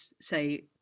say